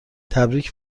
تبریک